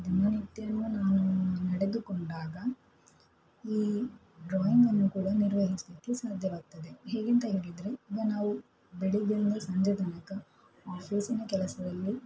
ದಿನನಿತ್ಯನೂ ನಾನು ನಡೆದುಕೊಂಡಾಗ ಈ ಡ್ರಾಯಿಂಗನ್ನು ಕೂಡ ನಿರ್ವಹಿಸಲಿಕ್ಕೆ ಸಾಧ್ಯವಾಗ್ತದೆ ಹೇಗೇಂತ ಹೇಳಿದರೆ ಈಗ ನಾವು ಬೆಳಿಗ್ಗೆಯಿಂದ ಸಂಜೆ ತನಕ ಆಫೀಸಿನ ಕೆಲಸದಲ್ಲಿ